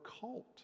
cult